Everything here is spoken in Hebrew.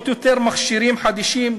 לקנות יותר מכשירים חדישים,